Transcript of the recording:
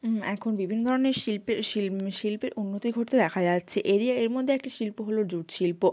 হুম এখন বিভিন্ন ধরনের শিল্পের শিল্পের উন্নতি ঘটতে দেখা যাচ্ছে এরই এর মধ্যে একটা শিল্প হলো জুটশিল্প